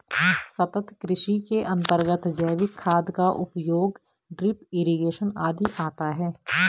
सतत् कृषि के अंतर्गत जैविक खाद का उपयोग, ड्रिप इरिगेशन आदि आता है